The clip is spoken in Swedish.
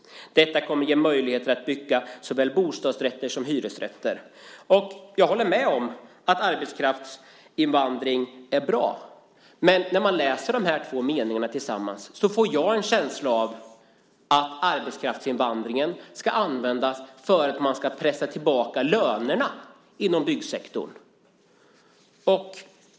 Detta kommer att ge möjlighet till byggande av såväl bostadsrätter som hyresrätter." Jag håller med om att arbetskraftsinvandring är bra, men när jag läser dessa meningar tillsammans får jag en känsla av att arbetskraftsinvandringen ska användas för att pressa tillbaka lönerna inom byggsektorn.